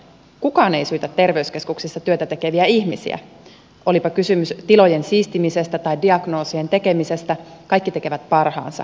kukaan ei syytä terveyskeskuksissa työtä tekeviä ihmisiä olipa kysymys tilojen siistimisestä tai diagnoosien tekemisestä kaikki tekevät parhaansa